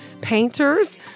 painters